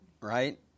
Right